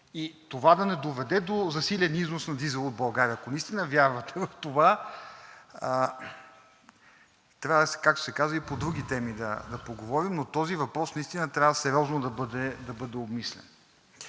и това да не доведе до засилен износ на дизел от България, ако наистина вярвате в това, трябва, както се казва, и по други теми да поговорим, но този въпрос наистина трябва сериозно да бъде обмислен.